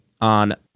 on